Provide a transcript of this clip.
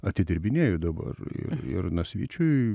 atidirbinėju dabar ir ir nasvyčiui